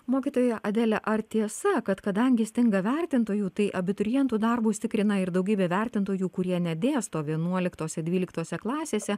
mokytoja adele ar tiesa kad kadangi stinga vertintojų tai abiturientų darbus tikrina ir daugybė vertintojų kurie nedėsto vienuoliktose dvyliktose klasėse